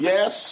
Yes